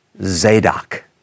Zadok